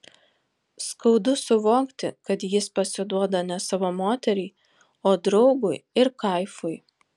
skaudu suvokti kad jis pasiduoda ne savo moteriai o draugui ir kaifui